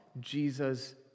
Jesus